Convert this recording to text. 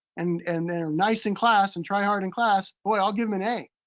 and and then are nice in class and try hard in class, boy, i'll give em an a.